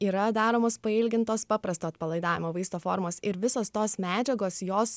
yra daromos pailgintos paprasto atpalaidavimo vaisto formos ir visos tos medžiagos jos